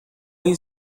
این